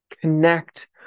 connect